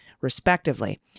respectively